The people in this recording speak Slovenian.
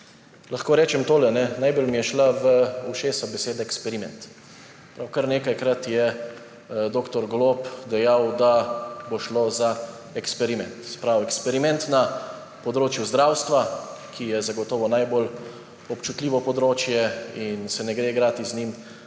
lahko rečem tole, najbolj mi je šla v ušesa beseda eksperiment. Kar nekajkrat je dr. Golob dejal, da bo šlo za eksperiment. Se pravi, eksperiment na področju zdravstva, ki je zagotovo najbolj občutljivo področje in se ne gre igrati z njim,